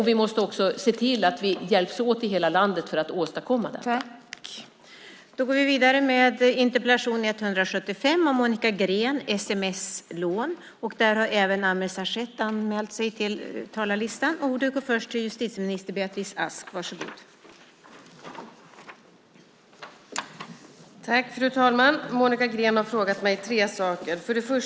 Vi måste också se till att vi hjälps åt i hela landet för att åstadkomma det här.